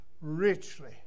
richly